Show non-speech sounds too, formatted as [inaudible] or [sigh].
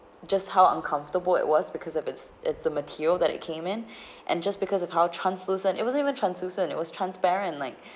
just how uncomfortable it was because of it's it's a material that it came in [breath] and just because of how translucent it wasn't even translucent it was transparent like